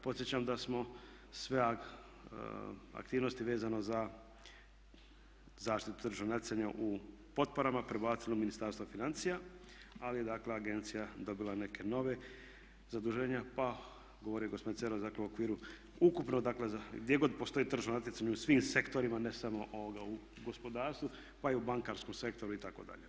Podsjećam da smo sve aktivnosti vezano za zaštitu tržišnog natjecanja u potporama prebacili u Ministarstvo financija, ali dakle agencija je dobila neke nove zaduženja pa govorio je gospodin Cerovac dakle u okviru ukupno dakle gdje god postoji tržno natjecanje u svim sektorima ne samo u gospodarstvu, pa i u bankarskom sektoru itd.